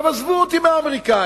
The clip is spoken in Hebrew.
עכשיו, עזבו אותי מהאמריקנים.